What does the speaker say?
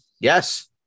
Yes